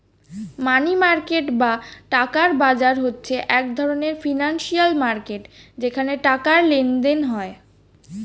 মানি market বা টাকার বাজার হচ্ছে এক ধরণের ফিনান্সিয়াল মার্কেট যেখানে টাকার লেনদেন হয়